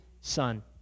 Son